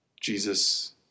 Jesus